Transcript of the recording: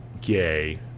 gay